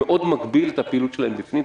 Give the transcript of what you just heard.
זה מאוד מגביל את הפעילות שלהם בפנים.